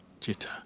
jitter